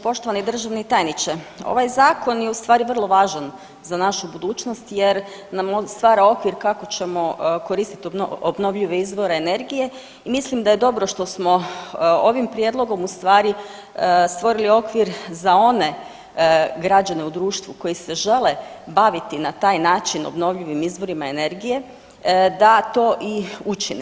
Poštovani državni tajniče ovaj zakon je ustvari vrlo važan za našu budućnost jer nam on stvara okvir kako ćemo koristiti obnovljive izvore energije i mislim da je dobro što smo ovim prijedlogom ustvari stvorili okvir za one građane u društvu koji se žele baviti na taj način obnovljivim izvorima energije da to i učine.